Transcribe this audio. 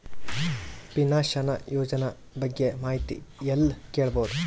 Pension ಯೋಜನ ಬಗ್ಗೆ ಮಾಹಿತಿ ಎಲ್ಲ ಕೇಳಬಹುದು?